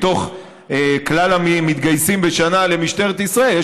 מתוך כלל המתגייסים בשנה למשטרת ישראל יש